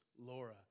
Laura